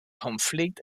konflikt